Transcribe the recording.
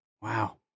Wow